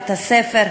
מבית-הספר,